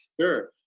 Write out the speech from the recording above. Sure